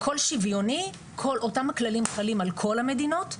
הכל שיוויוני, אותם כללים חלים על כל המדינות.